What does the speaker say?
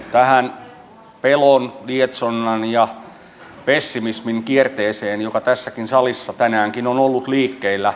tähän pelon lietsonnan ja pessimismin kierteeseen joka tässäkin salissa tänäänkin on ollut liikkeellä